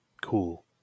Cool